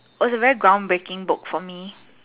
it was a very ground breaking book for me